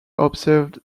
observed